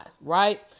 right